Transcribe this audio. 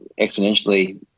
exponentially